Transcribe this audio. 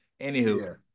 anywho